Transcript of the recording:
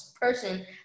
person